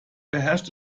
beherrscht